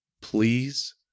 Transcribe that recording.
please